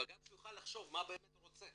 וגם שהוא יוכל לחשוב מה הוא באמת רוצה,